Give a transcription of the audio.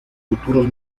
futuros